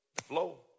flow